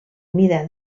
mida